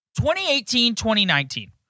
2018-2019